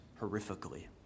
horrifically